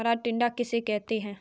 हरा टिड्डा किसे कहते हैं?